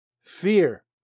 fear